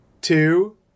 Two